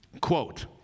quote